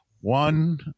one